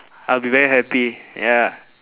I'll be very happy ya